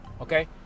Okay